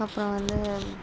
அப்புறோம் வந்து